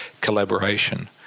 collaboration